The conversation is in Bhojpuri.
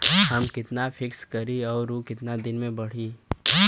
हम कितना फिक्स करी और ऊ कितना दिन में बड़ी?